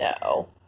No